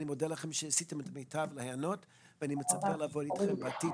אני מודה לכם שעשיתם את המיטב להיענות ואני מצפה לעבוד אתכם בעתיד.